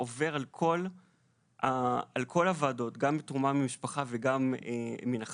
ואני עובר על כל הוועדות גם על תרומה ממשפחה וגם מן החי.